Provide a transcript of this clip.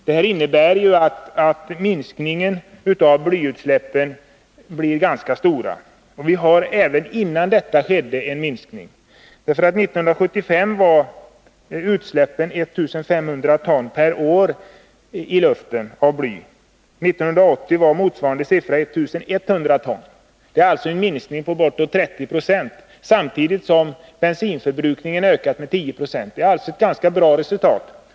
Detta innebär en ganska stor minskning av blyutsläppen. Vi hade även innan detta skedde en minskning. 1975 var utsläppen av bly i luften 1 500 ton per år. 1980 var motsvarande siffa 1 100 ton. Det är en minskning på bortåt 30 70. Samtidigt har bensinförbrukningen ökat med 10 26. Det är alltså ett ganska bra resultat.